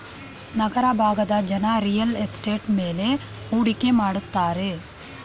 ನಗರ ಭಾಗದ ಜನ real estate ಮೇಲೆ ಹೂಡಿಕೆ ಮಾಡುತ್ತಾರೆ